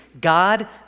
God